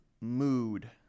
mood